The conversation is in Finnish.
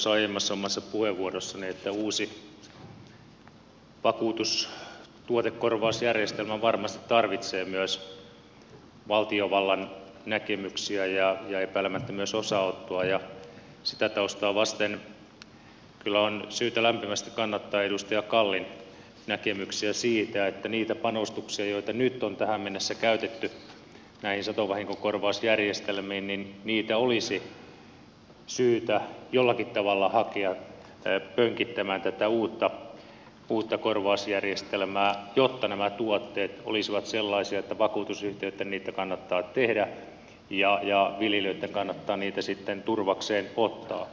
sanoin tuossa aiemmassa omassa puheenvuorossani että uusi vakuutustuotekorvausjärjestelmä varmasti tarvitsee myös valtiovallan näkemyksiä ja epäilemättä myös osanottoa ja sitä taustaa vasten kyllä on syytä lämpimästi kannattaa edustaja kallin näkemyksiä siitä että niitä panostuksia joita nyt on tähän mennessä käytetty näihin satovahinkokorvausjärjestelmiin olisi syytä jollakin tavalla hakea pönkittämään tätä uutta korvausjärjestelmää jotta nämä tuotteet olisivat sellaisia että vakuutusyhtiöitten niitä kannattaa tehdä ja viljelijöitten kannattaa niitä sitten turvakseen ottaa